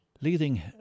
Leading